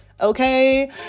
Okay